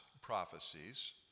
prophecies